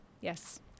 yes